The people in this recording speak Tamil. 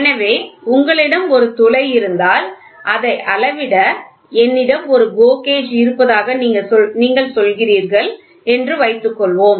எனவே உங்களிடம் ஒரு துளை இருந்தால் அதை அளவிட என்னிடம் ஒரு GO கேஜ் இருப்பதாக நீங்கள் சொல்கிறீர்கள் என்று வைத்துக்கொள்வோம்